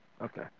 okay